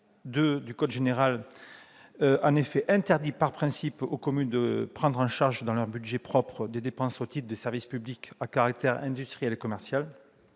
interdit en effet par principe aux communes de prendre en charge dans leur budget propre des dépenses au titre des services publics à caractère industriel ou commercial.